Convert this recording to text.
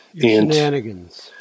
shenanigans